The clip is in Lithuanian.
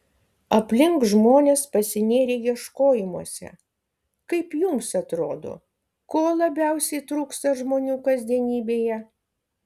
aplink žmonės pasinėrę ieškojimuose kaip jums atrodo ko labiausiai trūksta žmonių kasdienybėje